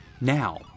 Now